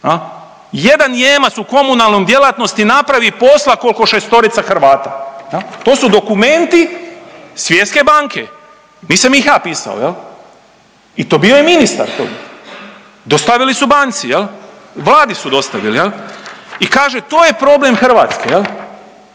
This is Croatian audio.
1 Nijemac u komunalnoj djelatnosti napravi posla koliko šestorica Hrvata. To su dokumenti Svjetske banke, nisam ih ja pisao. I to bio je ministar tu. Dostavili su banci, Vladi su dostavili i kaže to je problem Hrvatske. 15%